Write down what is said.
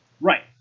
Right